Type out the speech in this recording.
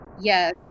Yes